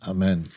Amen